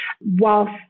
whilst